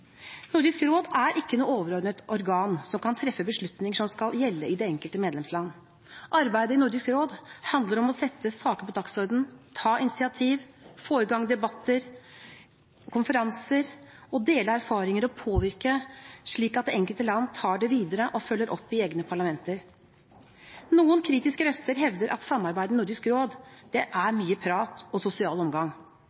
Nordisk råd er ikke noe overordnet organ som kan treffe beslutninger som skal gjelde i det enkelte medlemsland. Arbeidet i Nordisk råd handler om å sette saker på dagsordenen, ta initiativ, få i gang debatter og konferanser, dele erfaringer og påvirke, slik at det enkelte land tar det videre og følger opp i egne parlamenter. Noen kritiske røster hevder at samarbeidet i Nordisk råd er mye prat og sosial omgang. Det er